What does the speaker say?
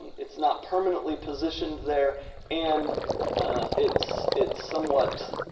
it's not permanently positioned there and it's it's somewhat,